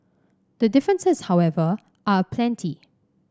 the differences however are aplenty